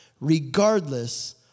regardless